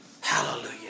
Hallelujah